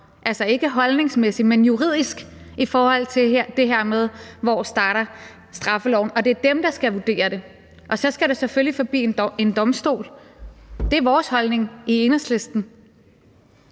altså ikke holdningsmæssig, men juridisk baggrund, i forhold til det her med: Hvor starter straffeloven? Og det er dem, der skal vurdere det. Og så skal det selvfølgelig forbi en domstol. Det er vores holdning i Enhedslisten.